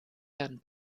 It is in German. herrn